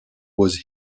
was